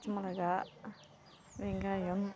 பச்சமிளகா வெங்காயம்